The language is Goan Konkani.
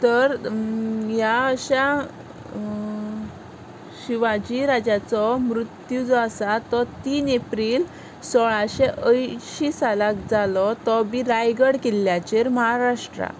तर ह्या अशा शिवाजी राजाचो मृत्यू जो आसा तो तीन एप्रील सोळाशें अंयशीं सालाक जालो तो बी रायगढ किल्ल्याचेर महाराष्ट्रांत